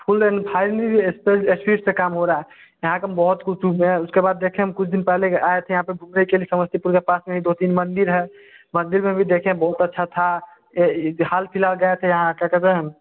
full and final speed से काम हो रहा यहाँ का बहुत कुछ है इसके बाद देखें हम कुछ दिन पहले आए थे यहाँ पे घूमने के लिए समस्तीपुर के पास में ही दो तीन मंदिर हैं मंदिर में भी देखें बहुत अच्छा था ये हाल फ़िलहाल गए थे यहाँ क्या कहते हैं